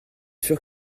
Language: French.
sûr